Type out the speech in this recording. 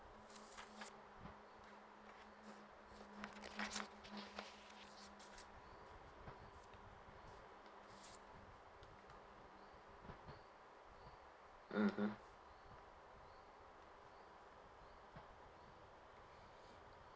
mmhmm